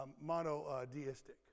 monotheistic